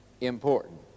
important